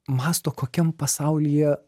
mąsto kokiam pasaulyje